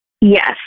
Yes